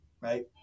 right